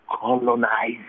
colonize